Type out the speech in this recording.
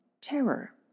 terror